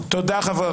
מתי תענה?